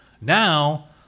now